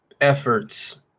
efforts